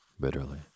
bitterly